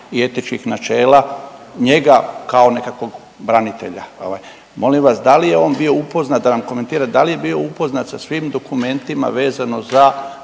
i etičkih načela njega kao nekakvog branitelja ovaj. Molim vas da li je on bio upoznat, da nam komentirate, da li je bio upoznat sa svim dokumentima vezano za